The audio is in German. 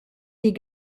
die